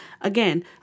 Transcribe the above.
Again